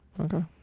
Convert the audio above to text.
Okay